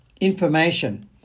information